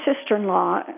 sister-in-law